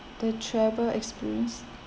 the travel experience